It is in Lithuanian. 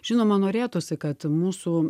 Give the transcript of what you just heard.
žinoma norėtųsi kad mūsų